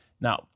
Now